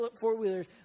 four-wheelers